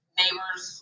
neighbors